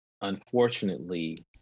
unfortunately